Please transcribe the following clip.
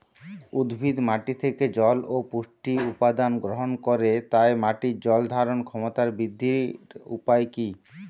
উদ্ভিদ মাটি থেকে জল ও পুষ্টি উপাদান গ্রহণ করে তাই মাটির জল ধারণ ক্ষমতার বৃদ্ধির উপায় কী?